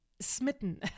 smitten